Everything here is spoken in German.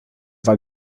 war